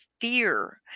fear